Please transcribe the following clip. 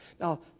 Now